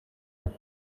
باشن